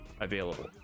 available